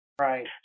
Right